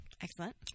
Excellent